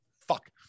fuck